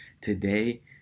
today